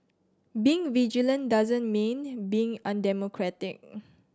being vigilant doesn't mean being undemocratic